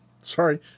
Sorry